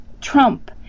Trump